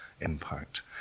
impact